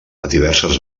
diverses